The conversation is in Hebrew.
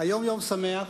היום יום שמח,